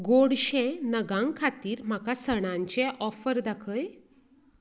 गोडशें नगां खातीर म्हाका सणांचे ऑफर दाखय